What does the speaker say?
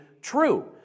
true